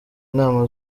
inama